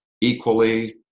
equally